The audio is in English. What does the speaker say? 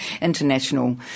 international